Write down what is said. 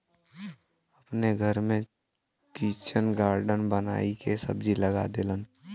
अपने घर में किचन गार्डन बनाई के सब्जी लगा देलन